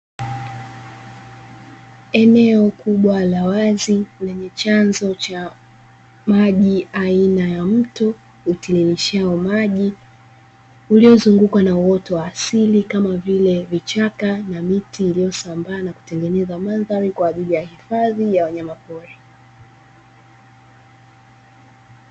Eneo kubwa la wazi lenye chanzo cha maji aina ya mto uteremshao maji uliozungukwa na uwoto wa asili kama vile vichaka na miti iliyosambaa na kutengeneza mandhari kwa ajili ya hifadhi ya wanyamapori.